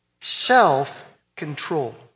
self-control